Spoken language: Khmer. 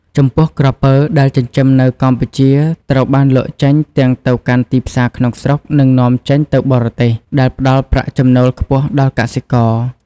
ចំពោះក្រពើដែលចិញ្ចឹមនៅកម្ពុជាត្រូវបានលក់ចេញទាំងទៅកាន់ទីផ្សារក្នុងស្រុក និងនាំចេញទៅបរទេស ដែលផ្តល់ប្រាក់ចំណូលខ្ពស់ដល់កសិករ។